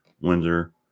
Windsor